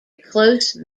close